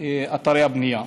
באתרי הבנייה.